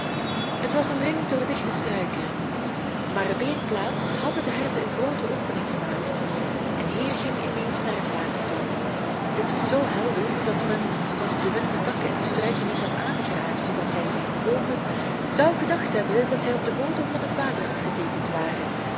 het was omringd door dichte struiken maar op één plaats hadden de herten een groote opening gemaakt en hier ging elize naar het water toe dit was zoo helder dat men als de wind de takken en de struiken niet had aangeraakt zoodat zij zich bewogen zou gedacht hebben dat zij op den bodem van het water afgeteekend waren